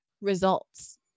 results